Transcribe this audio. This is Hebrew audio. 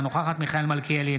אינה נוכחת מיכאל מלכיאלי,